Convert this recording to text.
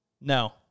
No